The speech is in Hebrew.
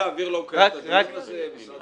על משהו אחר.